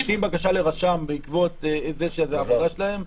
אבל כשמגישים בקשה לרשם בעקבות זה שזה העבודה שלהם,